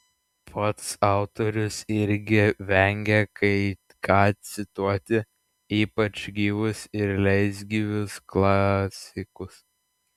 pats autorius irgi vengia kai ką cituoti ypač gyvus ir leisgyvius klasikus